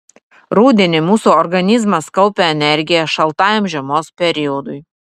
rudenį mūsų organizmas kaupia energiją šaltajam žiemos periodui